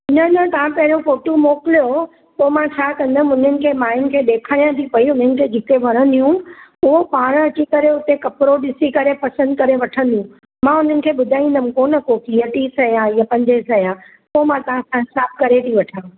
न न तव्हां पहिरियों फोटू मोकिलियो पोइ मां छा कंदमि उन्हनि खे मायुनि खे ॾेखारियां थी पई उन्हनि खे जेके वणंदियूं उहो पाण अची करे उते कपिड़ो ॾिसी करे पसंदि करे वठंदियूं मां उन्हनि खे ॿुधाईंदमि कोन को की हीअ टीं सवें आहे हीअ पंजे सवें आहे पोइ मां तव्हां खां हिसाबु करे थी वठां